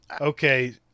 okay